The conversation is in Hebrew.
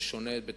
זה שונה בתכלית.